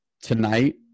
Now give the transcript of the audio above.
Tonight